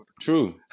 True